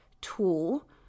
tool